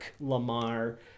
lamar